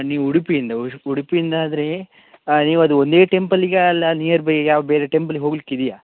ನೀವು ಉಡುಪಿಯಿಂದ ಉಡುಪಿಯಿಂದ ಆದರೆ ನೀವು ಅದು ಒಂದೇ ಟೆಂಪಲಿಗ ಅಲ್ಲ ನಿಯರ್ ಬೈ ಯಾವ ಬೇರೆ ಟೆಂಪಲಿಗೆ ಹೋಗ್ಲಿಕ್ಕೆ ಇದೆಯ